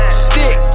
stick